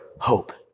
hope